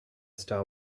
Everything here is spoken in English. star